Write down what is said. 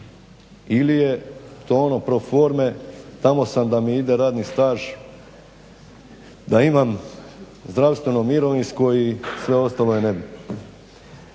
ili je to ono pro forme, tamo sam da mi ide radni staž, da imam zdravstveno, mirovinsko i sve ostalo je nebitno.